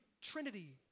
Trinity